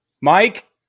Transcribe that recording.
Mike